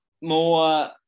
More